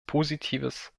positives